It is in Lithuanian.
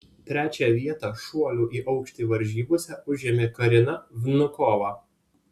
trečią vietą šuolių į aukštį varžybose užėmė karina vnukova